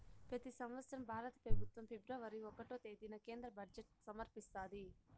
పెతి సంవత్సరం భారత పెబుత్వం ఫిబ్రవరి ఒకటో తేదీన కేంద్ర బడ్జెట్ సమర్పిస్తాది